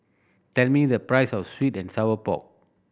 tell me the price of sweet and sour pork